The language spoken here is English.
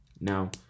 Now